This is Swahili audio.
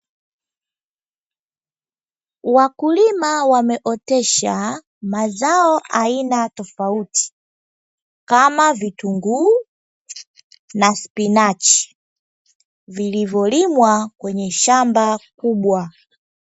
Wakulima wameotesha mazao ya aina tofauti, kama; vitunguu na spinachi, vilivyolimwa kwenye shamba kubwa.